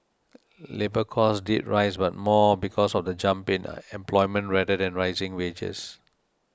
labour cost did rise but more because of the jump in employment rather than rising wages